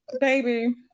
baby